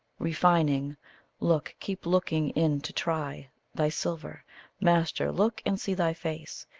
refining look, keep looking in to try thy silver master, look and see thy face,